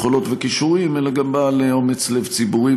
יכולות וכישורים אלא גם בעל אומץ לב ציבורי,